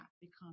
become